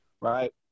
right